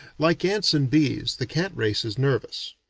like ants and bees, the cat race is nervous.